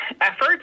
effort